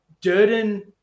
Durden